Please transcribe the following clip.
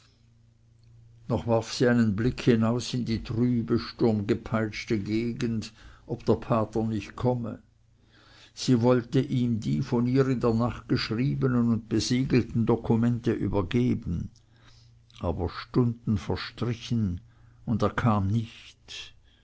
warf sie einen blick hinaus in die trübe sturmgepeitschte gegend ob der pater nicht komme sie wollte ihm die von ihr in der nacht geschriebenen und besiegelten dokumente übergeben aber stunden verstrichen und er kam nicht